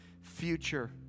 future